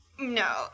no